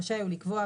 רשאי הוא לקבוע,